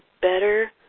better